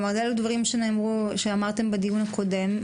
אלו דברים שאמרתם בדיון הקודם.